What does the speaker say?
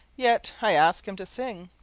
yet i ask him to sing,